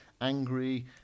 angry